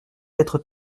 d’être